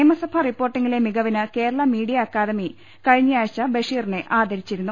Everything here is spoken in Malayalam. നിയമസഭാ റിപ്പോർട്ടിംഗിലെ മികവിന് കേരള മീഡിയാ അക്കാ ദമി കഴിഞ്ഞയാഴ്ച ബഷീറിനെ ആദരിച്ചിരുന്നു